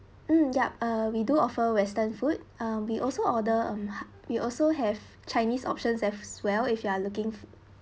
mm yup uh we do offer western food uh we also order um h~ we also have chinese options as well if you are looking